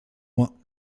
moi